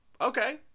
Okay